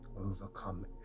overcome